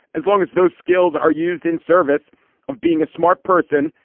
as long as those skills are used in service of being a smart person,